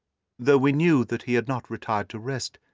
though we knew that he had not retired to rest,